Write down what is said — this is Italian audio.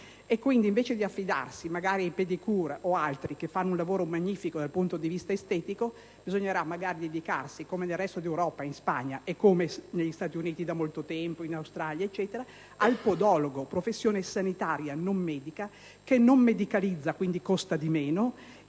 Allora, invece che affidarsi ai pedicuristi o ad altri che fanno un lavoro magnifico dal punto di vista estetico, bisognerà magari dedicarsi, come nel resto d'Europa, in Spagna per esempio, o come negli Stati Uniti da molto tempo o in Australia, al podologo, professione sanitaria e non medica, che non medicalizza - quindi costa di meno